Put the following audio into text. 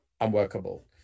unworkable